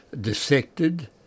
dissected